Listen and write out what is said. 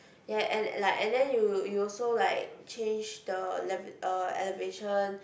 ya and and like and then you you also like change the nav~ uh elevation